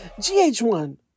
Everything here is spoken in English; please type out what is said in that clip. GH1